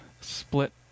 Split